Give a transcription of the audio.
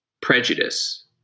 prejudice